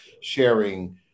sharing